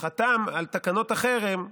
חתם על תקנות החרם,